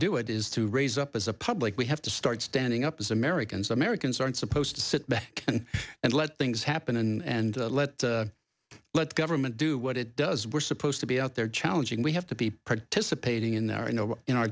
do it is to raise up as a public we have to start standing up as americans americans aren't supposed to sit back and let things happen and let let government do what it does we're supposed to be out there challenging we have to be participating in their you know in our